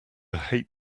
hate